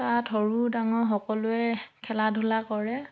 তাত সৰু ডাঙৰ সকলোৱে খেলা ধূলা কৰে